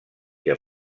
que